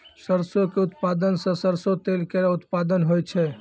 सरसों क उत्पादन सें सरसों तेल केरो उत्पादन होय छै